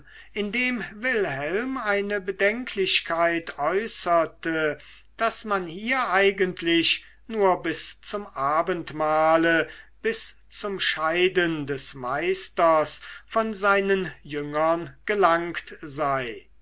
indem wilhelm eine bedenklichkeit äußerte daß man hier eigentlich nur bis zum abendmahle bis zum scheiden des meisters von seinen jüngern gelangt sei